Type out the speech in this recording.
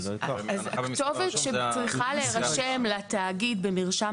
הכתובת שצריכה להירשם לתאגיד במרשם